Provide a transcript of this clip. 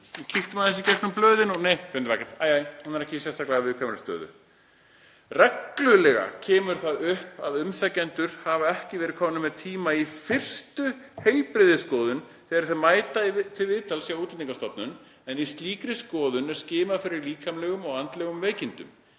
kíktum aðeins í gegnum blöðin og nei, æ, æ, hann er ekki í sérstaklega viðkvæmri stöðu. Reglulega kemur það upp að umsækjendur hafi ekki verið komnir með tíma í fyrstu heilbrigðisskoðun þegar þeir mæta til viðtals hjá Útlendingastofnun, en í slíkri skoðun er skimað fyrir líkamlegum og andlegum veikindum.